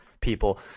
people